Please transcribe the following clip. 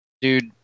dude